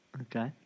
Okay